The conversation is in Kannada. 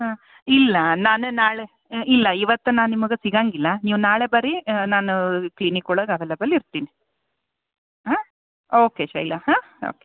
ಹಾಂ ಇಲ್ಲ ನಾನು ನಾಳೆ ಇಲ್ಲ ಇವತ್ತು ನಾನು ನಿಮಗೆ ಸಿಗೊಂಗಿಲ್ಲ ನೀವು ನಾಳೆ ಬನ್ರಿ ನಾನು ಕ್ಲಿನಿಕ್ ಒಳಗೆ ಅವೆಲಬಲ್ ಇರ್ತೀನಿ ಹಾಂ ಓಕೆ ಶೈಲ ಹಾಂ ಓಕೆ